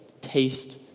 taste